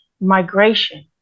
migration